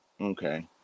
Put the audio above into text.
okay